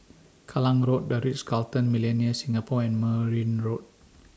Kallang Road Ritz Carlton Millenia Singapore and Merryn Road